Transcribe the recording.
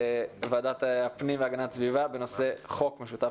בוועדת הפנים והגנת סביבה בנושא חוק משותף